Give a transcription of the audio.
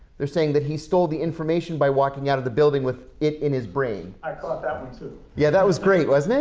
they're saying that he stole the information by walking out of the building with it in his brain. i caught that one too. yeah that was great, wasn't it?